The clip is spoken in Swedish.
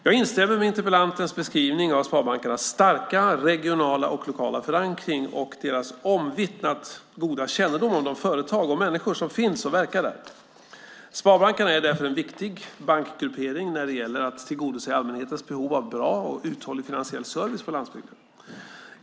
Jag instämmer med interpellantens beskrivning av sparbankernas starka regionala och lokala förankring och deras omvittnat goda kännedom om de företag och människor som finns och verkar där. Sparbankerna är därför en viktig bankgruppering när det gäller att tillgodose allmänhetens behov av bra och uthållig finansiell service på landsbygden.